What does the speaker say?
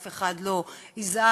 אף אחד לא יזעק,